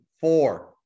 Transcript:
Four